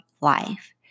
life